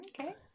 Okay